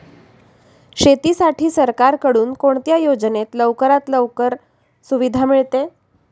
शेतीसाठी सरकारकडून कोणत्या योजनेत लवकरात लवकर सुविधा मिळते?